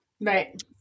Right